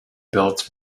built